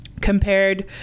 compared